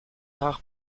rares